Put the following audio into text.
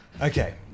Okay